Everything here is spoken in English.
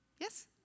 Yes